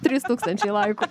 trys tūkstančiai laikų